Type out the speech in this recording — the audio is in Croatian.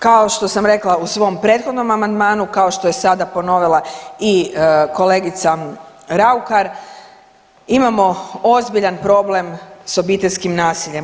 Kao što sam rekla u svom prethodnom amandmanu kao što je sada ponovila i kolegica Raukar imamo ozbiljan problem s obiteljskim nasiljem.